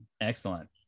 Excellent